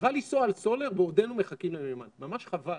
חבל לנסוע על סולר בעודנו מחכים למימן, ממש חבל.